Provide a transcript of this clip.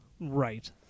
Right